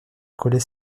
collait